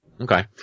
Okay